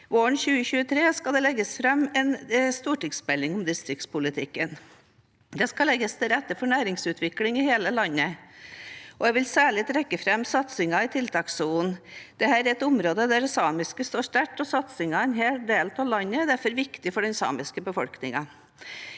Våren 2023 skal det legges fram en stortingsmelding om distriktspolitikken. Det skal legges til rette for næringsutvikling i hele landet. Jeg vil særlig trekke fram satsingen i tiltakssonen. Dette er et område der det samiske står sterkt, og satsingen i denne delen av landet er derfor viktig for den samiske befolkningen.